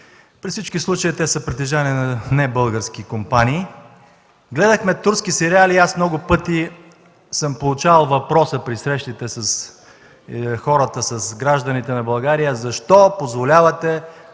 При всички случаи те са притежание на небългарски компании. Гледахме турски сериали и аз много пъти съм получавал въпроса при срещите с хората, с гражданите на България: „Защо позволявате